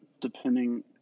depending –